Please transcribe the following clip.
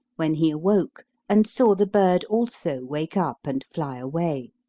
when he awoke and saw the bird also wake up and fly away.